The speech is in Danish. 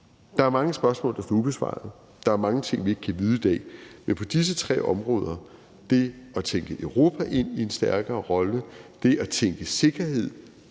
Der er mange spørgsmål, der står ubesvarede, der er mange ting, vi ikke kan vide i dag, men det er på disse tre områder, altså det at tænke Europa ind i en stærkere rolle, det at tænke sikkerheden